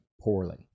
poorly